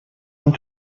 and